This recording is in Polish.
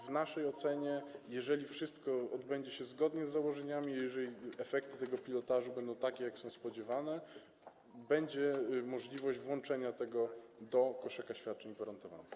W naszej ocenie, jeżeli wszystko odbędzie się zgodnie z założeniami, jeżeli efekty tego pilotażu będą takie, jakie są spodziewane, będzie możliwość włączenia tego do koszyka świadczeń gwarantowanych.